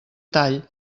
tall